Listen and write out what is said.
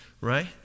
right